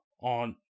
on